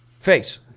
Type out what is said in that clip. Face